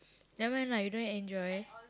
never mind lah you don't enjoy